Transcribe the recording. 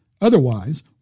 Otherwise